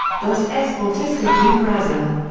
dos esportistas do brasil.